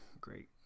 great